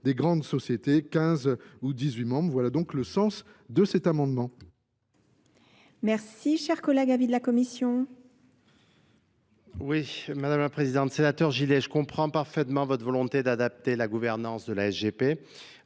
des grandes sociétés quinze ou dix huit membres voilà donc le sens de cet amendement merci cher collègue avis de la commission madame la présidente sénateur gilet je comprends parfaitement votre volonté d'adapter la la gouvernance de la g